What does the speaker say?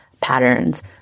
patterns